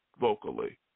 vocally